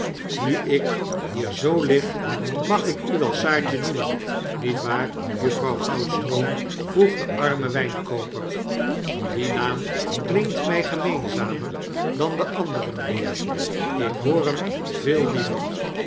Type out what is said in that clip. nu ik hier zoo lig mag ik u wel saartje noemen niet waarjuifrouwgoudstroo vroeg de arme wjjnkooper die naam klinkt mg gemeenzamer dan de andere mynheer ik hoor hem veel liever